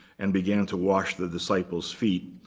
and began to wash the disciples' feet,